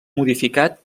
modificat